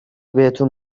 بهتون